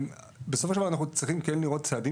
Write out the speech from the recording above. בסופו של דבר אנחנו צריכים כן לראות צעדים